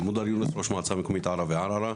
מודר יונס, ראש מועצה מקומית עארה ערערה,